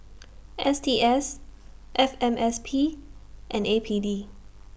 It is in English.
S T S F M S P and A P D